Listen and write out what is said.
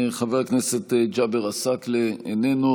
חבר הכנסת ג'אבר עסאקלה, איננו.